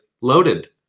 loaded